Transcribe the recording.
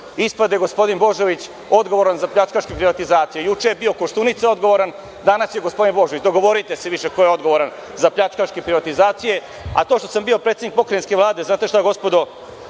gospodin Božović odgovoran za pljačkašku privatizaciju. Juče je bio Koštunica odgovoran, danas je gospodin Božović. Dogovorite se više ko je odgovoran za pljačkaške privatizacije. To što sam bio predsednik pokrajinske Vlade, znate šta gospodo,